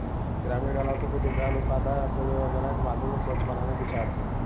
ग्रामीण इलाकों को दीनदयाल उपाध्याय अंत्योदय योजना के माध्यम से स्वच्छ बनाने की चाह थी